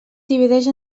divideix